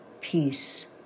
peace